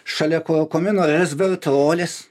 šalia kurkumino yra rezvelteolis